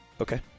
Okay